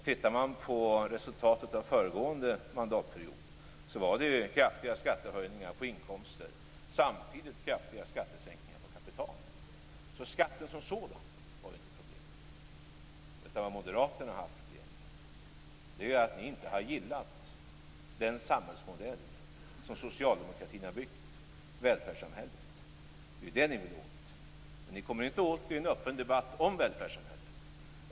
Tittar på resultatet av föregående mandatperiod, var det ju kraftiga skattehöjningar på inkomster och samtidigt kraftiga skattesänkningar på kapital. Så skatten som sådan var inte problemet. Vad Moderaterna har haft problem med är ju att ni inte har gillat den samhällsmodell som socialdemokratin har byggt, välfärdssamhället. Det är det ni vill åt. Men ni kommer inte åt det i öppen debatt om välfärdssamhället.